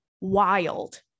wild